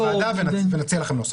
היועץ המשפטי לוועדה ונציע לכם נוסח.